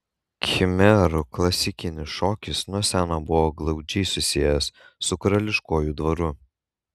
khmerų klasikinis šokis nuo seno buvo glaudžiai susijęs su karališkuoju dvaru